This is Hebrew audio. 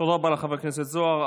תודה רבה לחבר הכנסת זוהר.